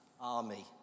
army